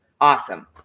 awesome